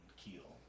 keel